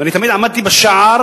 ואני תמיד עמדתי בשער,